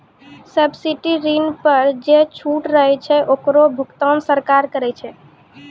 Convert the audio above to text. subsidy ऋण पर जे छूट रहै छै ओकरो भुगतान सरकार करै छै